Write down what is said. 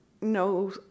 no